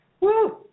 Woo